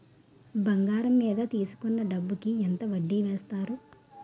బంగారం మీద తీసుకున్న డబ్బు కి ఎంత వడ్డీ వేస్తారు?